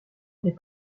des